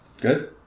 Good